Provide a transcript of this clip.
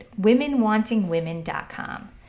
womenwantingwomen.com